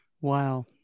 Wow